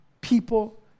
people